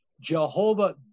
Jehovah